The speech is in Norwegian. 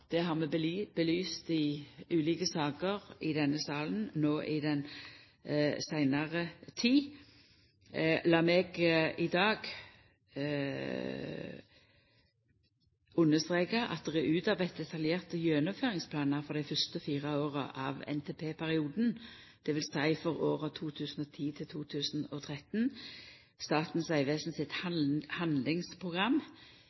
Det har vi belyst i ulike saker i denne salen no i den seinare tid. Lat meg i dag understreka at det er utarbeidt detaljerte gjennomføringsplanar for dei fyrste fire åra av NTP-perioden, det vil seia for åra 2010–2013. Statens vegvesen sitt